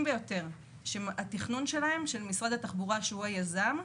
ביותר שהתכנון שלהם של משרד התחבורה שהוא היזם,